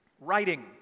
writing